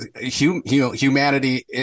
humanity